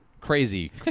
crazy